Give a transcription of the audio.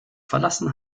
verlassen